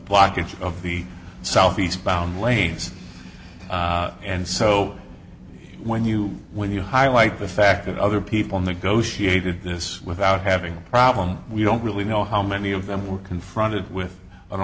blockage of the south east bound lanes and so when you when you highlight the fact that other people negotiated this without having a problem we don't really know how many of them were confronted with an